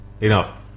Enough